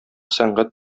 сәнгать